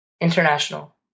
International